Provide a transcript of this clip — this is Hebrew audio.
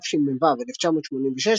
תשמ"ו–1986,